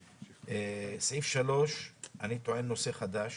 סעיף 3. אני טוען נושא חדש,